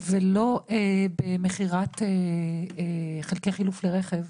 ולא במכירת חלקי חילוף לרכב,